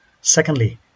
secondly